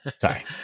Sorry